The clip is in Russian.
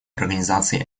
организации